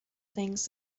things